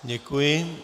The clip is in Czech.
Děkuji.